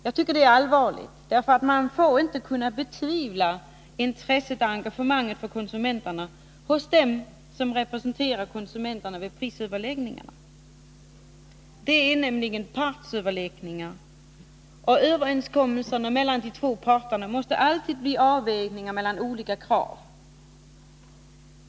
Jag tycker det är allvarligt — eftersom man inte får kunna betvivla intresset och engagemanget från konsumenterna hos dem som vid prisöverläggningarna representerar konsumenterna. Det är nämligen partsöverläggningar, och överenskommelserna mellan de två parterna måste alltid bli resultatet av avvägningar mellan olika krav.